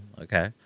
Okay